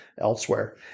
elsewhere